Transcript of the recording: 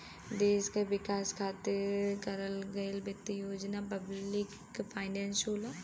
देश क विकास खातिर करस गयल वित्त योजना पब्लिक फाइनेंस होला